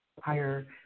higher